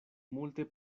multe